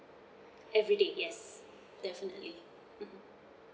everyday yes definitely mmhmm